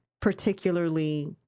particularly